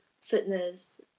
fitness